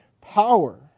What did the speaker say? power